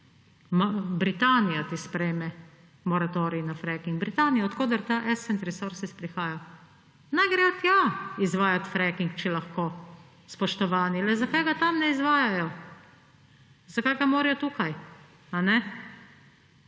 Britanija to sprejme, moratorij na fracking; Britanija, od koder ta Ascent Resources prihaja. Naj grejo tja izvajat fracking, če lahko, spoštovani. Le zakaj ga tam ne izvajajo? Zakaj ga morajo tukaj?